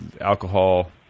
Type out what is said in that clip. alcohol